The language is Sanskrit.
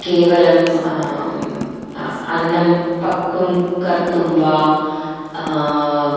केवलम् अन्नं पक्वं कर्तुं वा